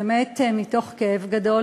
באמת מתוך כאב גדול.